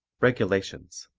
regulations